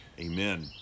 amen